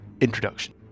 introduction